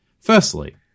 firstly